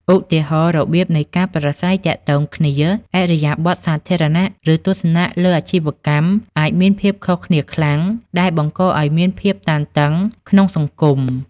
ឧទាហរណ៍ របៀបនៃការប្រាស្រ័យទាក់ទងគ្នា ឥរិយាបថសាធារណៈ ឬទស្សនៈលើអាជីវកម្មអាចមានភាពខុសគ្នាខ្លាំង ដែលបង្កឲ្យមានភាពតានតឹងក្នុងសង្គម។